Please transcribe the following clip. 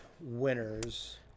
winners